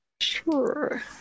Sure